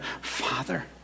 Father